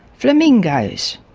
flamingos?